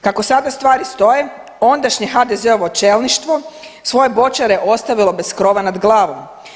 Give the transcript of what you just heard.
Kako sada stvari stoje ondašnje HDZ-ovo čelništvo je svoje boćare ostavilo bez krova nad glavom.